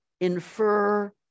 infer